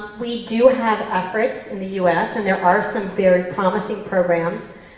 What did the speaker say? we do have efforts in the us and there are some very promising programs,